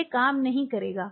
यह काम नहीं करेगा